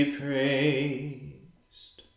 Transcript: praised